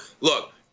look